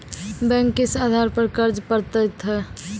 Bank किस आधार पर कर्ज पड़तैत हैं?